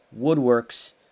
woodworks